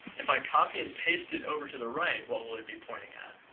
if i copy and paste it over to the right, what will it be pointing at?